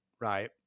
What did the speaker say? right